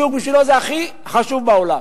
שוק בשבילו זה הכי חשוב בעולם.